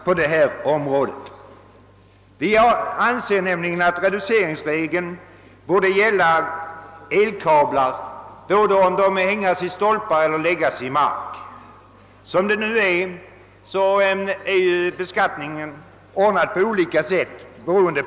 Vi anser nämligen att reduceringsregeln borde gälla för elkablar både när dessa hängs upp i stolpar och då de läggs ner i mark. För närvarande beräknas beskattningen för elkablar på olika sätt.